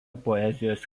poezijos